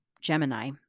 Gemini